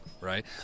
right